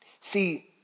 See